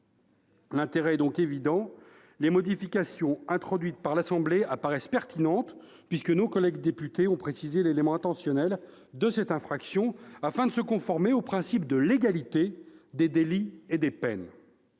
L'intérêt est donc évident, et les modifications introduites par l'Assemblée nationale paraissent pertinentes, puisque nos collègues députés ont précisé l'élément intentionnel de cette infraction, afin de se conformer au principe de légalité des délits et des peines.